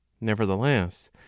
nevertheless